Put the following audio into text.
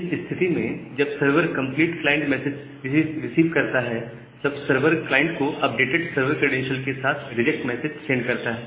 इस स्थिति में जब server complete client message receive करता है तब सर्वर क्लाइंट को अपडेटेड सर्वर क्रैडेंशियल्स के साथ रिजेक्ट मैसेज सेंड करता है